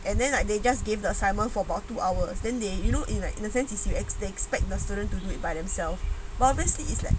and then like they just give the assignment for about two hours then they you know in like in the seventies they expect the students to read by themself well its like